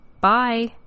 Bye